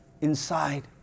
inside